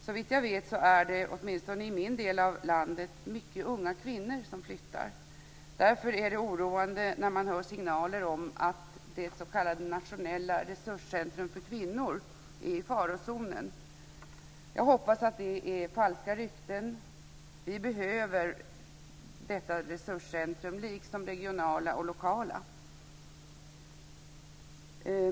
Såvitt jag vet är det, åtminstone i min del av landet, många unga kvinnor som flyttar. Därför är det oroande när man får signaler om att det s.k. nationella Resurscentrum för kvinnor är i farozonen. Jag hoppas att det är falska rykten. Vi behöver detta nationella resurscentrum liksom regionala och lokala.